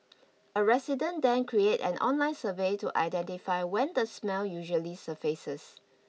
a resident then created an online survey to identify when the smell usually surfaces